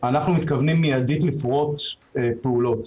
אנחנו מתכוונים מידית לפרוט פעולות.